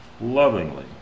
lovingly